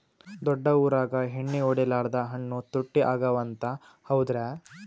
ದೊಡ್ಡ ಊರಾಗ ಎಣ್ಣಿ ಹೊಡಿಲಾರ್ದ ಹಣ್ಣು ತುಟ್ಟಿ ಅಗವ ಅಂತ, ಹೌದ್ರ್ಯಾ?